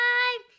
Time